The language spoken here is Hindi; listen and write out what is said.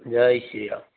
जय श्री राम